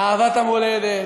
אהבת המולדת,